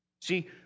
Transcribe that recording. See